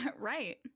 Right